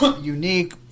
Unique